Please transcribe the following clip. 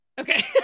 Okay